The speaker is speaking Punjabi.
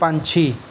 ਪੰਛੀ